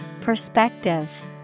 Perspective